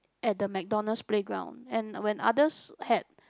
at the McDonald's playground and when others had